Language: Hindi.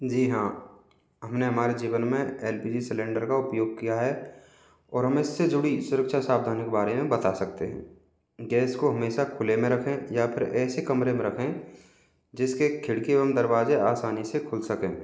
जी हाँ हमने हमारे जीवन में एल पी जी सिलेंडर का उपयोग किया है और हम इससे जुड़ी सुरक्षा सावधानों के बारे में बता सकते हैं गैस को हमेशा खुले में रखें या फिर ऐसे कमरे में रखे जिसके खिड़की एवं दरवाजे आसानी से खुल सके